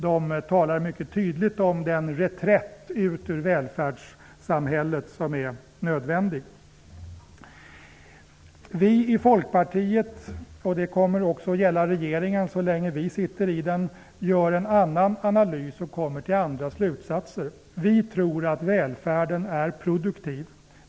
De talar mycket tydligt om den reträtt ut ur välfärdssamhället som är nödvändig. Vi i Folkpartiet gör en annan analys och kommer till andra slutsatser. Det gäller också regeringen så länge vi sitter i den. Vi tror att välfärden är produktiv.